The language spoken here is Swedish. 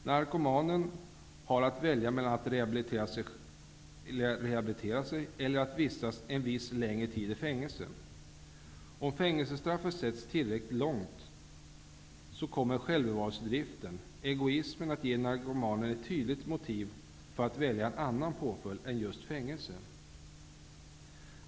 Narkomanen har att välja mellan att rehabilitera sig eller att vistas en viss längre tid i fängelse. Om fängelsestraffet sätts tillräckligt långt, kommer självbevarelsedriften, egoismen, att ge narkomanen ett tydligt motiv för att välja en annan påföljd än just fängelse.